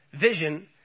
Vision